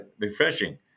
refreshing